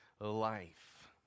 life